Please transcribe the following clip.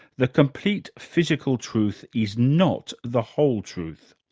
the complete physical truth is not the whole truth.